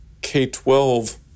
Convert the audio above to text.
K-12